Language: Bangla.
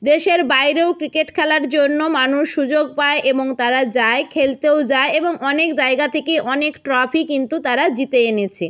দেশের বাইরেও ক্রিকেট খেলার জন্য মানুষ সুযোগ পায় এবং তারা যায় খেলতেও যায় এবং অনেক জায়গা থেকে অনেক ট্রফি কিন্তু তারা জিতে এনেছে